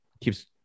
keeps